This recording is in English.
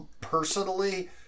Personally